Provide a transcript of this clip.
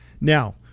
Now